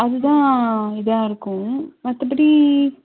அதுதான் இதாக இருக்கும் மற்றபடி